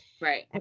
Right